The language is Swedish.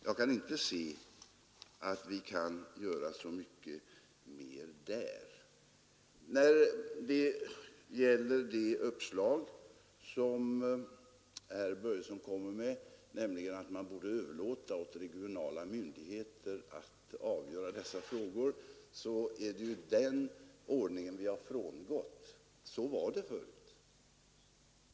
Jag kan inte se att vi kan göra så mycket mer i det sammanhanget. Herr Börjesson kommer nu med ett uppslag, nämligen att man borde överlåta åt regionala myndigheter att avgöra dessa frågor. Men det är ju den ordningen vi har frångått. Så var det förut.